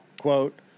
Quote